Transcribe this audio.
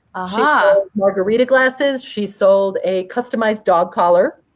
ah margarita glasses. she sold a customized dog collar.